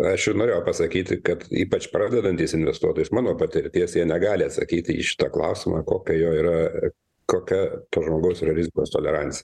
aš ir norėjau pasakyti kad ypač pradedantys investuotojas mano patirties jie negali atsakyti į šitą klausimą kokia jo yra kokia progos realizmas tolerancija